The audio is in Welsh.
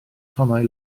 tonnau